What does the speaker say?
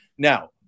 Now